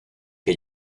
que